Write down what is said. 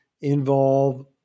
involve